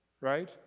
right